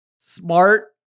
smart